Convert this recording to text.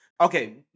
Okay